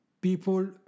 people